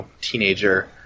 teenager